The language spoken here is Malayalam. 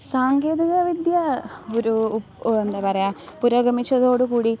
സാങ്കേതികവിദ്യ ഒരു എന്താ പറയുക പുരോഗമിച്ചതോടുകൂടി